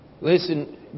listen